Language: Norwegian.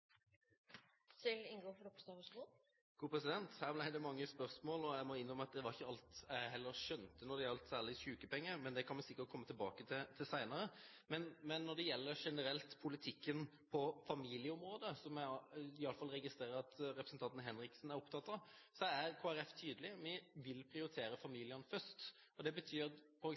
Her ble det mange spørsmål, og jeg må innrømme at det var ikke alt jeg heller skjønte, særlig når det gjaldt sykepenger, men det kan vi sikkert komme tilbake til senere. Men når det gjelder generelt politikken på familieområdet, som jeg iallfall registrerer at representanten Henriksen er opptatt av, er Kristelig Folkeparti tydelig: Vi vil prioritere familiene først, og det betyr at